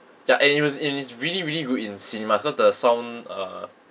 ya and it was and it's really really good in cinema cause the song uh